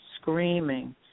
screaming